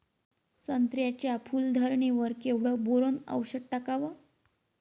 संत्र्याच्या फूल धरणे वर केवढं बोरोंन औषध टाकावं?